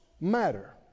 matter